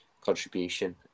contribution